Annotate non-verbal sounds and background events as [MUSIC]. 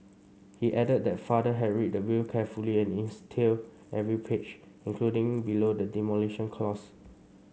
he added that father had read the will carefully and [UNINTELLIGIBLE] every page including below the demolition clause